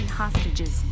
hostages